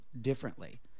differently